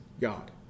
God